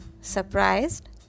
Surprised